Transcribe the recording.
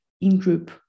in-group